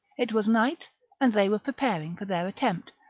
it was night and they were preparing for their attempt,